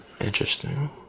Interesting